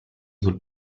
sul